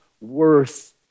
worth